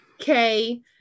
okay